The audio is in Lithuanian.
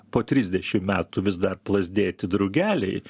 po trisdešim metų vis dar plazdėti drugeliai